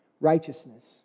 righteousness